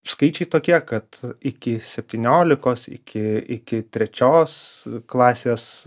skaičiai tokie kad iki septyniolikos iki iki trečios klasės